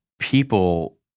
people